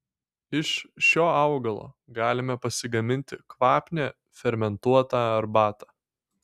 iš šio augalo galime pasigaminti kvapnią fermentuotą arbatą